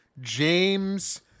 James